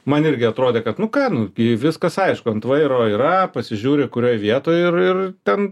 man irgi atrodė kad nu ką nu gi viskas aišku ant vairo yra pasižiūri kurioj vietoj ir ir ten